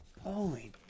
Holy